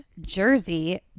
jersey